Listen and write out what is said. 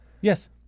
Yes